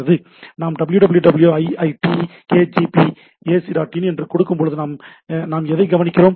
நாம் www iitkgp ac dot in என கொடுக்கும் போது நாம் எதை கவனிக்கிறோம்